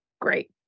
great